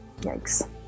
Yikes